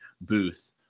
Booth